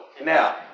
now